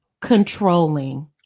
controlling